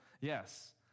Yes